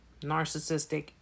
narcissistic